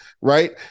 right